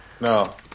No